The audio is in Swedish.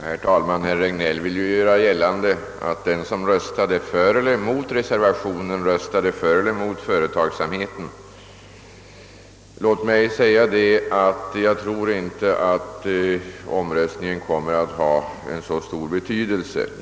Herr talman! Herr Regnéll vill göra gällande att den som röstar för eller emot reservationen röstar för eller emot företagsamheten. Jag tror inte att omröstningen kommer att ha en så stor betydelse.